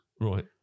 Right